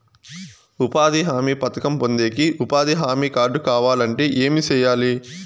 ఉపాధి హామీ పథకం పొందేకి ఉపాధి హామీ కార్డు కావాలంటే ఏమి సెయ్యాలి?